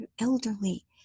elderly